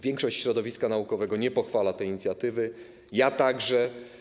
Większość środowiska naukowego nie pochwala tej inicjatywy, ja także.